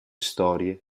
storie